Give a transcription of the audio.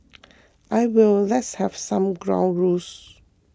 I will let's have some ground rules